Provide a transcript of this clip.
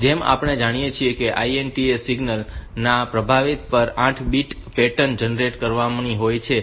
જેમ આપણે જાણીએ છીએ કે INTA સિગ્નલ ના તે પ્રતિભાવ પર 8 બીટ પેટર્ન જનરેટ કરવાની હોય છે